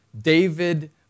David